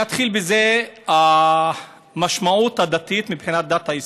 אני אתחיל במשמעות הדתית מבחינת דת האסלאם.